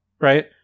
right